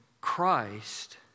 Christ